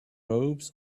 robes